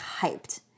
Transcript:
hyped